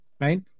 right